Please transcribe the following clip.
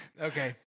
Okay